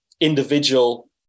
individual